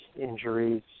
injuries